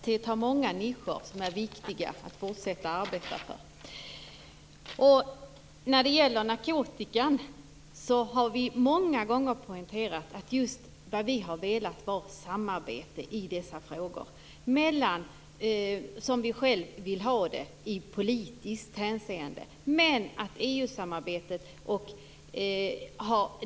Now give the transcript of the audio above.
Herr talman! Miljöpartiet har många nischer som är viktiga att fortsätta arbeta för. När det gäller narkotikan har vi många gånger poängterat att vi velat ha samarbete i dessa frågor men som vi själva vill ha det i politiskt hänseende.